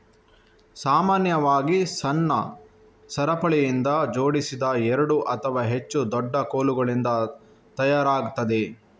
ಸಾಮಾನ್ಯವಾಗಿ ಸಣ್ಣ ಸರಪಳಿಯಿಂದ ಜೋಡಿಸಿದ ಎರಡು ಅಥವಾ ಹೆಚ್ಚು ದೊಡ್ಡ ಕೋಲುಗಳಿಂದ ತಯಾರಾಗ್ತದೆ